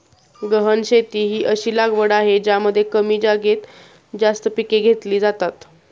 गहन शेती ही अशी लागवड आहे ज्यामध्ये कमी जागेत जास्त पिके घेतली जातात